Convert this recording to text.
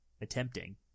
attempting